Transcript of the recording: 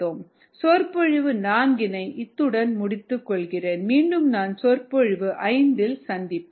rs1YxS𝜇𝐴 𝑥mx சொற்பொழிவு நான்கினை இத்துடன் முடித்துக் கொள்வோம் மீண்டும் நாம் சொற்பொழிவு ஐந்தில் சந்திப்போம்